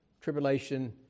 tribulation